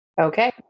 Okay